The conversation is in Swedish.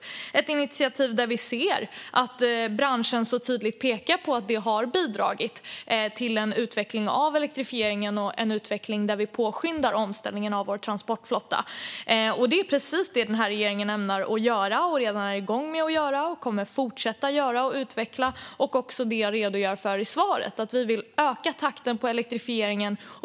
Det är ett initiativ där vi ser att branschen tydligt pekar på att det har bidragit till en utveckling av elektrifieringen och en utveckling där vi påskyndar omställningen av vår transportflotta. Det är precis vad regeringen ämnar göra, redan är igång med att göra och kommer att fortsätta att göra och utveckla. Det är det jag redogör för i svaret. Vi vill öka takten i elektrifieringen.